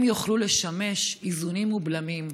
הם יוכלו לשמש לאיזונים ובלמים.